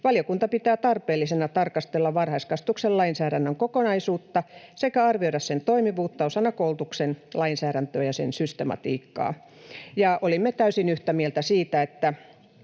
Valiokunta pitää tarpeellisena tarkastella varhaiskasvatuksen lainsäädännön kokonaisuutta sekä arvioida sen toimivuutta osana koulutuksen lainsäädäntöä ja sen systematiikkaa. Ja olimme täysin yhtä mieltä siitä,